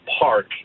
park